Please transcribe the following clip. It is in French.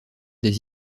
des